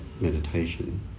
meditation